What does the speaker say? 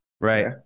Right